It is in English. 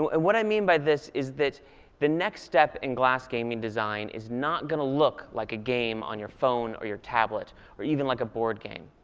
and what i mean by this is that the next step in glass gaming design is not going to look like a game on your phone or your tablet or even like a board game.